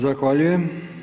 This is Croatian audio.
Zahvaljujem.